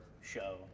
show